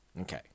Okay